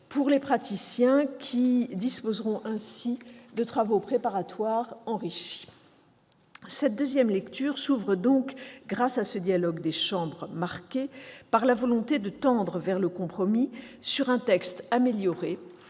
pour les praticiens, qui disposeront ainsi de travaux préparatoires enrichis. Cette deuxième lecture s'ouvre donc, grâce à ce dialogue des chambres marqué par la volonté de tendre vers le compromis, sur un texte amélioré,